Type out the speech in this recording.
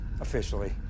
Officially